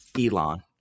Elon